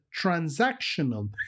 transactional